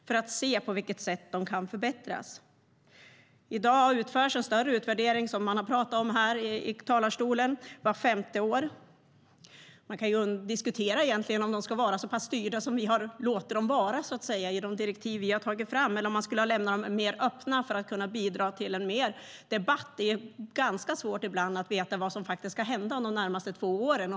Man ska titta på hur de kan förbättras. I dag utförs en större utvärdering vart femte år, vilket det har talats om här i talarstolen. Man kan diskutera om de ska vara så pass styrda som vi har låtit dem vara i de direktiv som vi har tagit fram eller om man ska lämna dem mer öppna för att kunna bidra mer till en debatt. Det är ibland ganska svårt att veta vad som ska hända under de närmaste två åren.